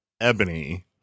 Ebony